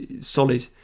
solid